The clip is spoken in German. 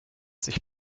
sich